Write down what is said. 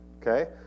Okay